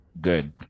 Good